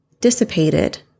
dissipated